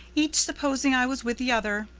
each supposing i was with the other.